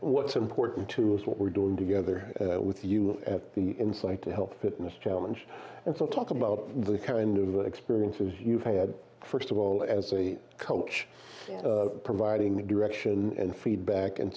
what's important to us what we're doing together with you at the insight health fitness challenge and so talk about the kind of experiences you've had first of all as a coach providing direction and feedback and